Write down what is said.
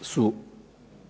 su,